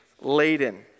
laden